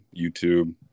YouTube